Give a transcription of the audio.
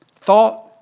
Thought